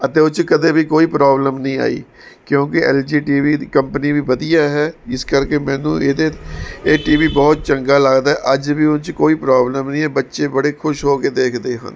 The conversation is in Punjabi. ਅਤੇ ਉਹ 'ਚ ਕਦੇ ਵੀ ਕੋਈ ਪ੍ਰੋਬਲਮ ਨਹੀਂ ਆਈ ਕਿਉਂਕਿ ਐੱਲ ਜੀ ਟੀ ਵੀ ਦੀ ਕੰਪਨੀ ਵੀ ਵਧੀਆ ਹੈ ਇਸ ਕਰਕੇ ਮੈਨੂੰ ਇਹਦੇ ਇਹ ਟੀ ਵੀ ਬਹੁਤ ਚੰਗਾ ਲੱਗਦਾ ਅੱਜ ਵੀ ਉਹ 'ਚ ਕੋਈ ਪ੍ਰੋਬਲਮ ਨਹੀਂ ਹੈ ਬੱਚੇ ਬੜੇ ਖੁਸ਼ ਹੋ ਕੇ ਦੇਖਦੇ ਹਨ